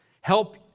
Help